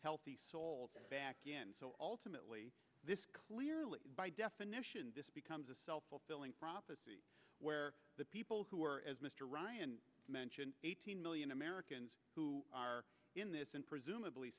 healthy sold back in so ultimately this clearly by definition this becomes a self fulfilling prophecy where the people who are as mr ryan mentioned eighteen million americans who are in this and presumably